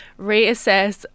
reassess